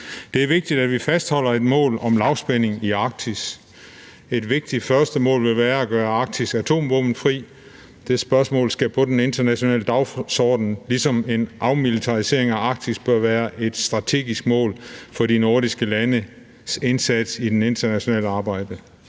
Det er vigtigt, at vi fastholder et mål om lavspænding i Arktis. Et vigtigt første mål vil være at gøre Arktis atomvåbenfrit. Det spørgsmål skal på den internationale dagsorden, ligesom en afmilitarisering af Arktis bør være et strategisk mål for de nordiske landes indsats i det internationale arbejde.